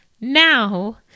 Now